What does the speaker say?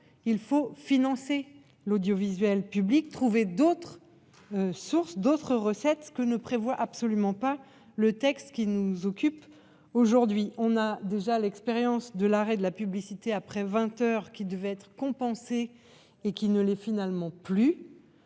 il faut financer l'audiovisuel public, trouver d'autres. Sources, d'autres recettes que ne prévoit absolument pas le texte qui nous occupe aujourd'hui, on a déjà l'expérience de l'arrêt de la publicité après 20h qui devait être compensée et qui ne l'est finalement plus.